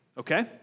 Okay